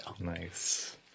Nice